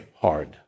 hard